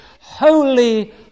holy